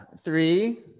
Three